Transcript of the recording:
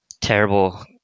terrible